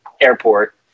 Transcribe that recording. airport